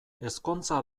ezkontza